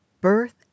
birth